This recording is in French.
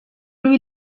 lui